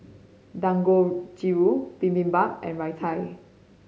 Dangojiru Bibimbap and Raita